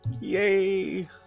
Yay